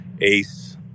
Ace